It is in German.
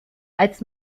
als